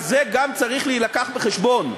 אז זה גם צריך להילקח בחשבון.